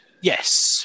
Yes